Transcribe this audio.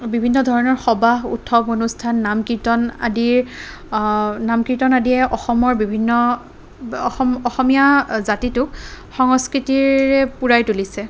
বিভিন্ন ধৰণৰ সবাহ উৎসৱ অনুষ্ঠান নাম কীৰ্তন আদিৰ নাম কীৰ্তন আদিয়ে অসমৰ বিভিন্ন অসম অসমীয়া জাতিটোক সংস্কৃতিৰে পূৰাই তুলিছে